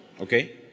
Okay